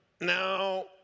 now